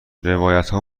روایتها